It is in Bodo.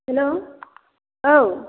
हेलौ औ